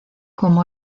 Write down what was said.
como